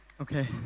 Okay